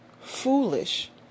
foolish